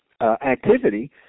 activity